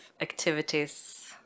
activities